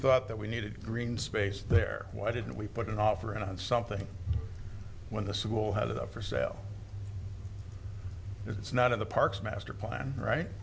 thought that we needed green space there why didn't we put an offer in on something when the school had it up for sale it's not in the parks master plan right